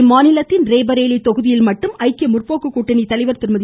இம்மாநிலத்தின் ரேபரேலி தொகுதியில் மட்டும் ஐக்கிய முந்போக்கு கூட்டணி தலைவர் திருமதி